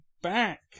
back